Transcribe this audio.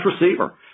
receiver